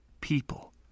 people